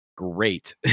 great